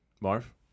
Marv